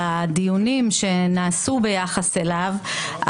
בדיונים שנעשו ביחס אליו,